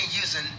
using